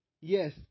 Yes